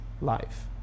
life